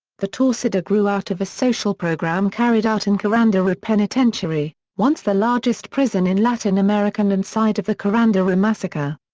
the torcida grew out of a social program carried out in carandiru penitentiary, once the largest prison in latin american and site of the carandiru massacre.